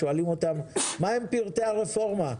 שואלים אותם מה הם פרטי הרפורמה.